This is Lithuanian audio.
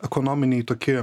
ekonominiai tokie